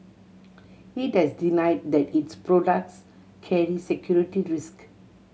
it has denied that its products carry security risk